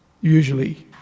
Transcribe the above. Usually